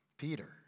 Peter